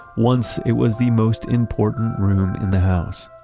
once it was the most important room in the house.